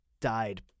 died